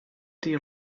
die